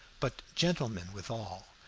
but gentlemen withal,